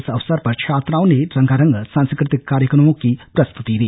इस अवसर पर छात्राओं ने रंगारंग सांस्कृतिक कार्यक्रमों की प्रस्तुति दी